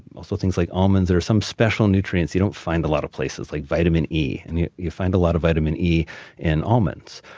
ah so things like almonds there are some special nutrients that you don't find a lot of places, like vitamin e and you you find a lot of vitamin e in almonds.